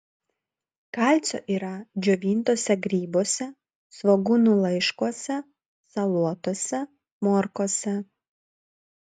kalcio yra džiovintuose grybuose svogūnų laiškuose salotose morkose